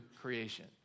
creation